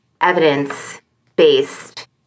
evidence-based